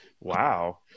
Wow